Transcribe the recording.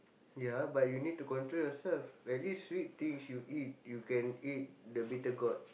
ya but you need to control yourself as least sweet things you eat you can eat the bittergourd